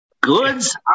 Goods